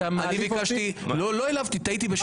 לא העלבתי, טעיתי בשמך.